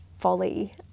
folly